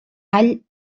all